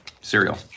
cereal